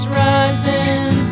rising